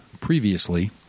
previously